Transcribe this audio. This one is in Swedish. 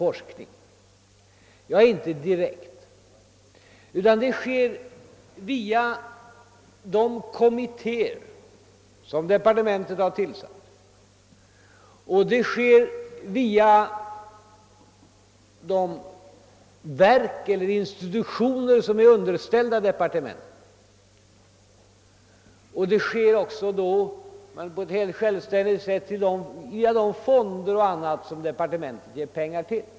Den bedrivs inte direkt av departementet utan via de kommittéer som departementet har tillsatt och via de verk eller institutioner som är underställda departementet. Forskning sker också — men då på ett helt självständigt sätt — via de fonder eller liknande som departementet ger pengar till.